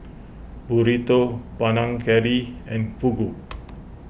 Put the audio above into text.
Burrito Panang Curry and Fugu